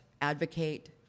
advocate